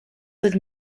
with